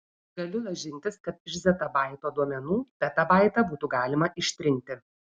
galiu lažintis kad iš zetabaito duomenų petabaitą būtų galima ištrinti